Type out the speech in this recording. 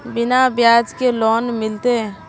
बिना ब्याज के लोन मिलते?